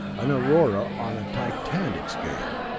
an aurora on a titanic scale.